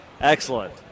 Excellent